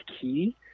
key